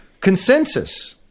consensus